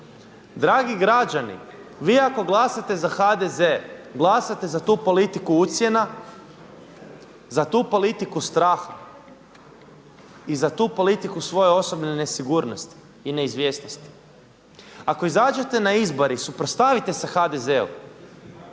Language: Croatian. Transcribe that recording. Dragi građani, vi ako glasate za HDZ glasate za tu politiku ucjena, za tu politiku straha i za tu politiku svoje osobne nesigurnosti i neizvjesnosti. Ako izađete na izbore i suprotstavite se HDZ-u